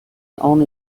only